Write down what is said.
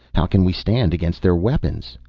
how can we stand against their weapons?